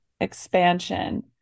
expansion